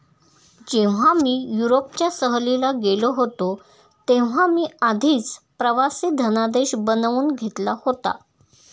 जेव्हा मी युरोपच्या सहलीला गेलो होतो तेव्हा मी आधीच प्रवासी धनादेश बनवून घेतला होता